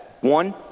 One